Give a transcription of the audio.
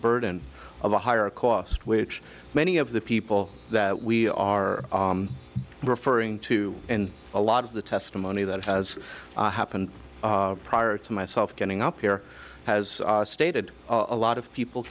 burden of a higher cost which many of the people that we are referring to and a lot of the testimony that has happened prior to myself getting up here has stated a lot of people